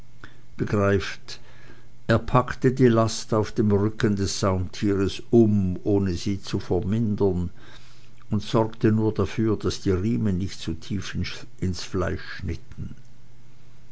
begreift er packte die last auf dem rücken des saumtieres um ohne sie zu vermindern und sorgte nur dafür daß die riemen nicht zu tief ins fleisch schnitten